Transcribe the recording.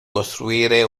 costruire